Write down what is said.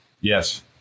Yes